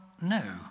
no